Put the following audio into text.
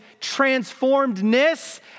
transformedness